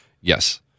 Yes